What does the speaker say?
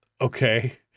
Okay